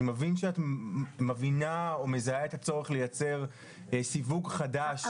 אני מבין שאת מבינה או מזהה את הצורך לייצר סיווג חדש,